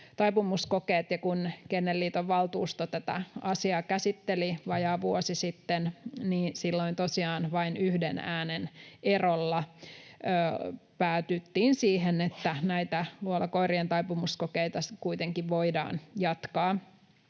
Kun Kennelliiton valtuusto tätä asiaa käsitteli vajaa vuosi sitten, niin silloin tosiaan vain yhden äänen erolla päädyttiin siihen, että näitä luolakoirien taipumuskokeita kuitenkin voidaan jatkaa.